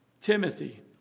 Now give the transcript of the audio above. Timothy